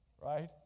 Right